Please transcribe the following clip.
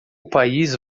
país